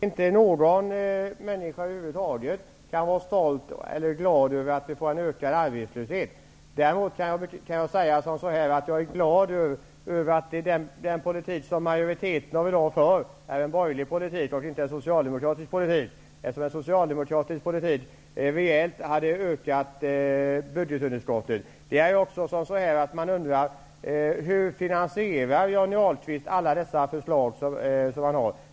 Fru talman! Jag tror över huvud taget inte att någon människa kan vara stolt eller glad över att vi får en ökad arbetslöshet. Däremot är jag glad över att den politik som majoriteten i dag för är en borgerlig politik och inte en socialdemokratisk politik. En socialdemokratisk politik hade rejält ökat budgetunderskottet. Jag undrar hur Johnny Ahlqvist finansierar alla dessa förslag som han har.